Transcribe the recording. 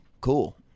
cool